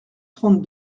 trente